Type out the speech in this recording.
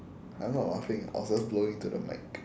I'm not laughing I was just blowing into the mic